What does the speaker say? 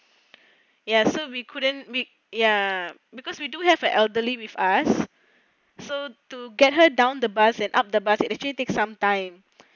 ya so we couldn't make ya because we do have an elderly with us so to get her down the bus and up the bus it actually take some time